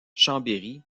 chambéry